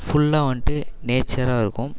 ஃபுல்லாக வந்துட்டு நேச்சராக இருக்கும்